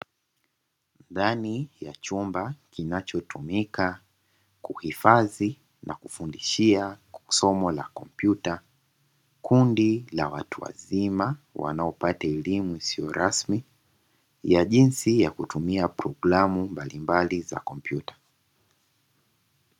Ndani ya chumba kinachotumika kuhifadhi na kufundishia somo la kompyuta, kundi la watu wazima wanaopata elimu isiyo rasmi ya jinsi ya kutumia programu mbalimbali za kompyuta.